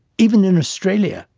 even in australia,